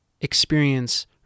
experience